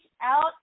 out